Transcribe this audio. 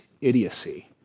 idiocy